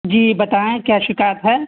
جی بتائیں کیا شکایت ہے